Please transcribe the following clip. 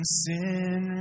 sin